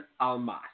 Almas